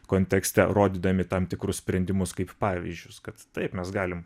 kontekste rodydami tam tikrus sprendimus kaip pavyzdžius kad taip mes galim